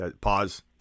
Pause